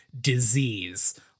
disease